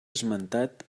esmentat